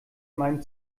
meinem